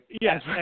Yes